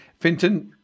Finton